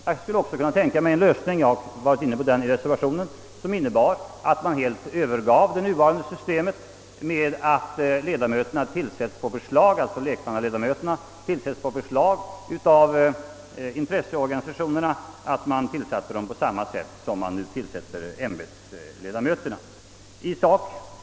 Jag skulle också kunna tänka mig en lösning — jag har varit inne på det i min reservation — som innebär att man helt överger det nuvarande systemet med lekmannaledamöter, som tillsätts på förslag av intresseorganisationerna, och i stället tillsätter alla ledamöter på samma sätt som man nu tillsätter ämbetsmannaledamöterna.